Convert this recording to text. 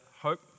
hope